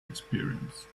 experience